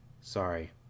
sorry